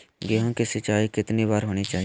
गेहु की सिंचाई कितनी बार होनी चाहिए?